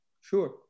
Sure